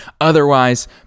Otherwise